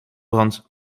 brandt